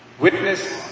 Witness